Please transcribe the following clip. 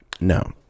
No